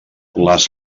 les